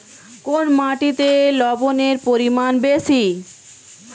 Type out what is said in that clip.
কোন মাটিতে লবণের পরিমাণ বেশি?